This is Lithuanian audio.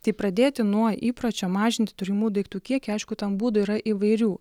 tai pradėti nuo įpročio mažinti turimų daiktų kiekį aišku tam būdų yra įvairių